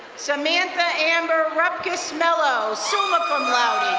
samantha amber rapkis mellow, summa cum laude.